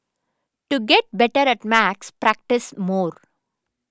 to get better at maths practise more